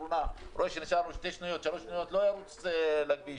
ורואה שנשארו לו שתיים-שלוש שניות, לא ירוץ לכביש.